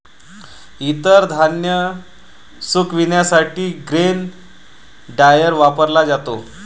इतर धान्य सुकविण्यासाठी ग्रेन ड्रायर वापरला जातो